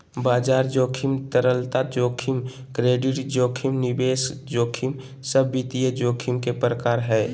बाजार जोखिम, तरलता जोखिम, क्रेडिट जोखिम, निवेश जोखिम सब वित्तीय जोखिम के प्रकार हय